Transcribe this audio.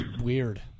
weird